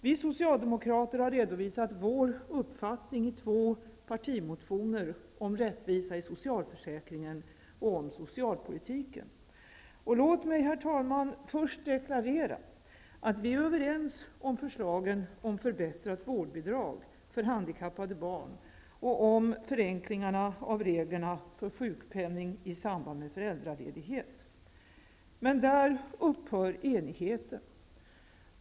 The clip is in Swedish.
Vi socialdemokrater har redovisat vår uppfattning i två partimotioner, om rättvisa i socialförsäkringen och om socialpolitiken. Låt mig, herr talman, först deklarera att vi är överens om förslagen om förbättrat vårdbidrag för handikappade barn och om förenklingarna av reglerna för sjukpenning i samband med föräldraledighet. Men där upphör enigheten.